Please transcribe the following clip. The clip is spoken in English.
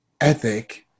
ethic